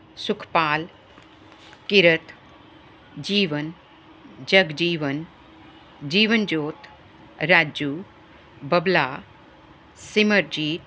Sukhpal Kirat Jeevan Jagjeevan Jeevanjot Raju Babla Simarjeet